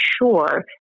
sure